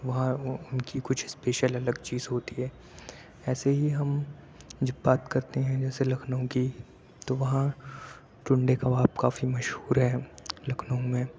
وہاں اُن کی کچھ اسپیشل الگ چیز ہوتی ہے ایسے ہی ہم جب بات کرتے ہیں جیسے لکھنؤ کی تو وہاں ٹنڈے کباب کافی مشہور ہے لکھنؤ میں